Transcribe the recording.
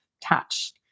touch